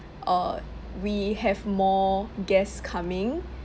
uh we have more guests coming